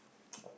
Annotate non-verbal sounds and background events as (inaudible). (breath) (noise)